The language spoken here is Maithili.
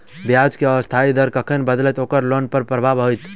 ब्याज केँ अस्थायी दर कखन बदलत ओकर लोन पर की प्रभाव होइत?